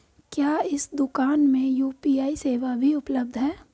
क्या इस दूकान में यू.पी.आई सेवा भी उपलब्ध है?